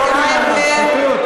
חבר הכנסת אייכלר,